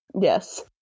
Yes